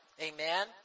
Amen